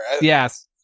Yes